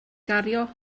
gario